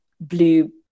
blue